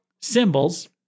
symbols